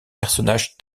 personnages